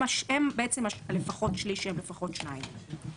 הם "לפחות שליש שהם לפחות שניים".